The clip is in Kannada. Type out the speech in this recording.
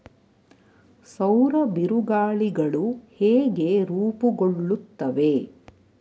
ಸೌರ ಬಿರುಗಾಳಿಗಳು ಹೇಗೆ ರೂಪುಗೊಳ್ಳುತ್ತವೆ?